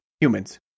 humans